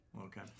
Okay